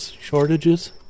shortages